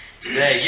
today